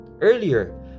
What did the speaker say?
earlier